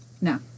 No